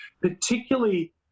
particularly